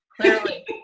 Clearly